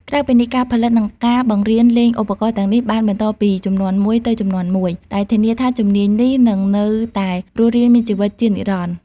ក្រៅពីនេះ ការផលិត និងការបង្រៀនលេងឧបករណ៍ទាំងនេះ បានបន្តពីជំនាន់មួយទៅជំនាន់មួយ ដែលធានាថាជំនាញនេះនឹងនៅតែរស់រានមានជីវិតជានិរន្តរ៍។